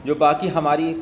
جو باقی ہماری